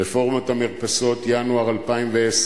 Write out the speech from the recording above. "רפורמת המרפסות" ינואר 2010,